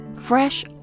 Fresh